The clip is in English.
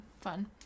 fun